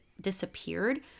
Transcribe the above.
disappeared